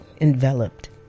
enveloped